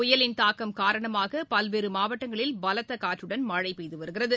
புயலின் தாக்கம் காரணமாக பல்வேறு மாவட்டங்களில் பலத்த காற்றுடன் மழை பெய்து வருகிறது